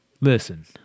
Listen